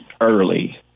early